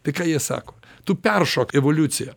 tai ką jie sako tu peršok evoliuciją